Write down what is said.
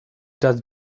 just